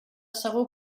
segur